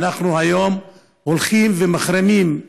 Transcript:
ואנחנו היום הולכים ומחרימים,